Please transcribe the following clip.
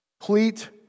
complete